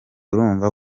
urumva